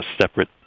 separate